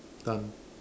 done